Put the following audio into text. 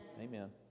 Amen